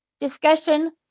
discussion